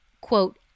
quote